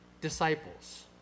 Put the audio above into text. disciples